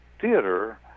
theater